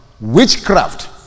witchcraft